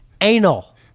anal